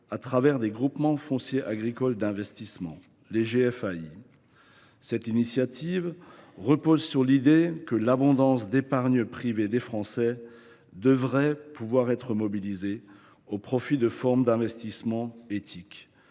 à travers des groupements fonciers agricoles d’investissement (GFAI). Cette initiative repose sur l’idée que l’abondance d’épargne privée des Français devrait pouvoir être mobilisée au profit de formes d’investissement « éthiques